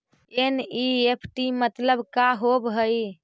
NEFT मतलब का होब हई?